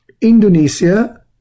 Indonesia